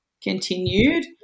continued